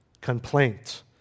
complaint